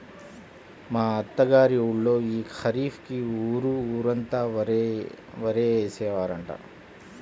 మా అత్త గారి ఊళ్ళో యీ ఖరీఫ్ కి ఊరు ఊరంతా వరే యేశారంట